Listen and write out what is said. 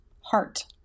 HEART